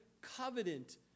covenant